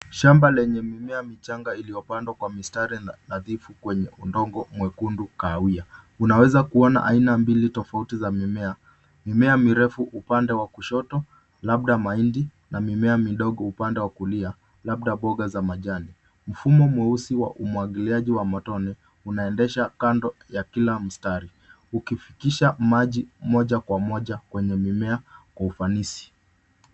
Shamba lenye mimea michanga iliyopandwa kwa mistari nadhifu kwenye udongo mwekundu kahawia. Unaweza kuona aina mbili tofauti za mimea; mimea mirefu upande wa kushoto labda mahindi na mimea midogo upande wa kulia labda mboga za majani. Mfumo mweusi wa umwagiliaji wa matone unaendesha kando ya kila mstari, Ukifisha maji moja kwa moja kwenye mimea kwa ufanisi.